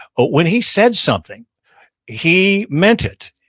when he said something he meant it.